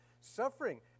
suffering